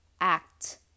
act